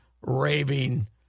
raving